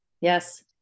Yes